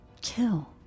kill